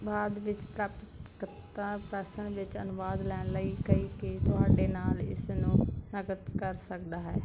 ਬਾਅਦ ਵਿੱਚ ਪ੍ਰਾਪਤਕਰਤਾ ਪ੍ਰਸ਼ਨ ਵਿੱਚ ਅਨੁਭਵ ਲੈਣ ਲਈ ਕਹਿ ਕੇ ਤੁਹਾਡੇ ਨਾਲ ਇਸ ਨੂੰ ਨਕਦ ਕਰ ਸਕਦਾ ਹੈ